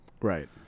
right